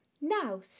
Now